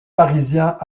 parisiens